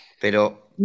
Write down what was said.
pero